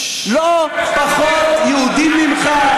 לא פחות יהודים ממך,